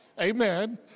Amen